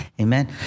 Amen